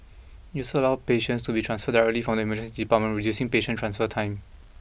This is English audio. it so allow patients to be transferred directly from the Emergency Department reducing patient transfer time